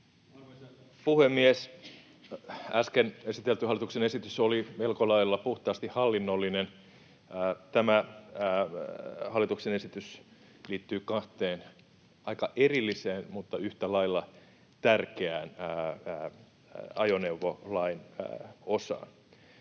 Arvoisa puhemies! Äsken esitelty hallituksen esitys oli melko lailla puhtaasti hallinnollinen. Tämä hallituksen esitys liittyy kahteen aika erilliseen mutta yhtälailla tärkeään ajoneuvolain osaan.